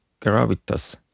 gravitas